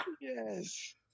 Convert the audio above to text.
Yes